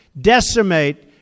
decimate